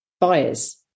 buyers